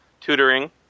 tutoring